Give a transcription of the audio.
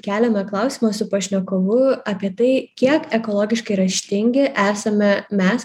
keliame klausimą su pašnekovu apie tai kiek ekologiškai raštingi esame mes